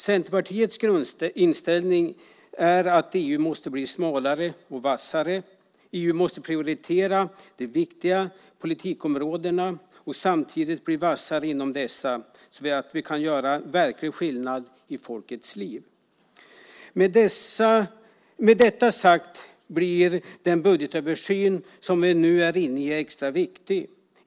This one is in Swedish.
Centerpartiets grundinställning är att EU måste bli smalare men vassare. EU måste prioritera de viktiga politikområdena och samtidigt bli vassare inom dessa, så att vi kan göra verklig skillnad i folkets liv. Med detta sagt blir den budgetöversyn som vi nu är inne i extra viktig.